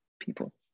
people